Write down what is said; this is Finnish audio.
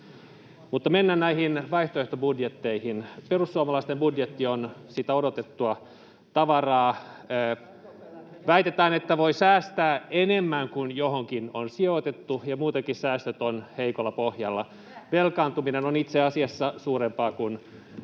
Mutta mennään näihin vaihtoehtobudjetteihin. Perussuomalaisten budjetti on sitä odotettua tavaraa. Väitetään, että voi säästää enemmän kuin johonkin on sijoitettu, ja muutenkin säästöt ovat heikolla pohjalla. Velkaantuminen on itse asiassa suurempaa kuin